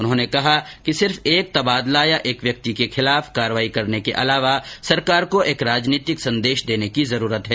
उन्होंने कहा कि सिर्फ एक तबादला या एक व्यक्ति के खिलाफ कार्रवाई करने के अलावा सरकार को एक राजनीतिक संदेश देने की जरूरत है